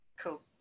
cool